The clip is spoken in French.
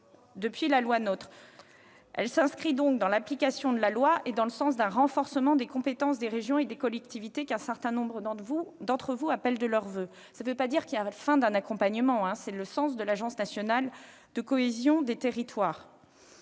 depuis la loi NOTRe. Elle s'inscrit dans l'application de la loi et va dans le sens d'un renforcement des compétences des régions et des collectivités, qu'un certain nombre d'entre vous appellent de leurs voeux. Cela ne signifie pas la fin d'un accompagnement ; ce sera la mission de l'Agence nationale de la cohésion des territoires.